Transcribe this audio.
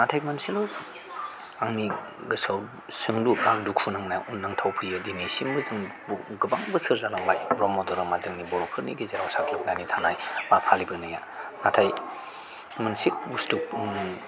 नाथाय मोनसेल' आंनि गोसोआव सोंलु आं दुखु नांना नांथावफैयो दिनैसिमबो जोंनि गोबां बोसोर जालांबाय ब्रह्म धोरोमा जोंनि बर'फोरनि गेजेराव साग्लोबनानै थानाय एबा फालिबोनाया नाथाय मोनसे बुस्थु